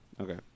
Okay